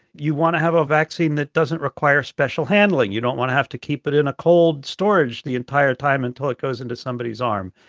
you want to have a vaccine that doesn't require special handling. you don't want to have to keep it in a cold storage the entire time until it goes into somebody's arm.